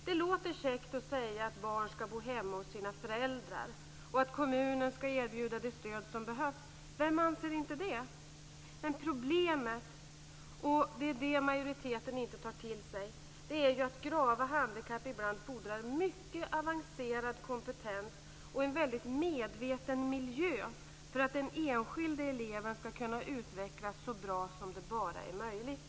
Det låter käckt att säga att barn ska bo hemma hos sina föräldrar och att kommunen ska erbjuda det stöd som behövs. Vem anser inte det? Problemet - och det är detta som majoriteten inte tar till sig - är att grava handikapp ibland fordrar mycket avancerad kompetens och en väldigt medveten miljö för att den enskilde eleven ska kunna utvecklas så bra som det bara är möjligt.